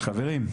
חברים,